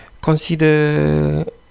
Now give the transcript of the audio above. consider